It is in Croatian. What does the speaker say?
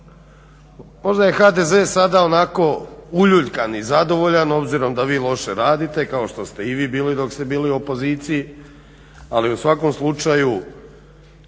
Možda je HDZ sada onako uljuljkan i zadovoljan obzirom da vi loše radite, kao što ste i vi bili dok ste bili u opoziciji, ali u svakom slučaju